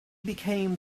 become